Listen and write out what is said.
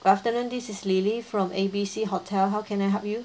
good afternoon this is lily from A B C hotel how can I help you